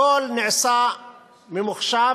הכול נעשה ממוחשב.